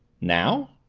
now?